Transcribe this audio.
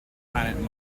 planet